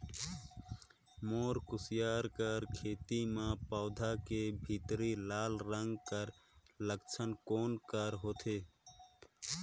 मोर कुसियार कर खेती म पौधा के भीतरी लाल रंग कर लक्षण कौन कर होथे?